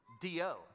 D-O